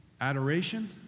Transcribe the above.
adoration